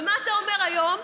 ומה אתה אומר היום?